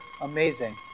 amazing